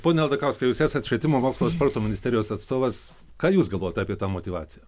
pone aldakauskai jūs esat švietimo mokslo sporto ministerijos atstovas ką jūs galvojat apie tą motyvaciją